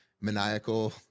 maniacal